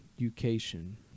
Education